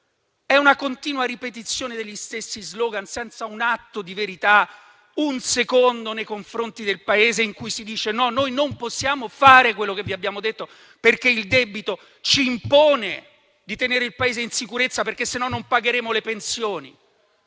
È una continua ripetizione degli stessi slogan senza un atto di verità, un secondo nei confronti del Paese in cui si dice qualcosa del tipo: no, noi non possiamo fare quello che vi abbiamo detto, perché il debito ci impone di tenere il Paese in sicurezza, altrimenti non pagheremo le pensioni.